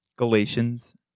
Galatians